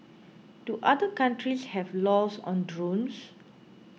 do other countries have laws on drones